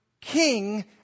King